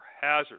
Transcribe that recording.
hazard